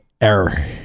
error